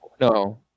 no